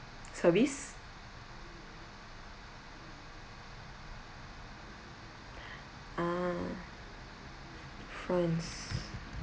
service ah france